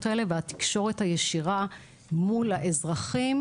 האלה והתקשורת הישירה מול האזרחים,